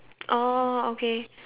oh okay